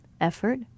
effort